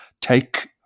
take